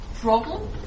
problem